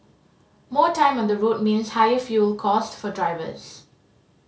more time on the road means higher fuel cost for drivers